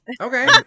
Okay